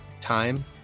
time